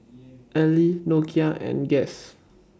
Elle Nokia and Guess